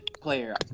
player